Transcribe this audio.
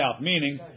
meaning